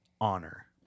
honor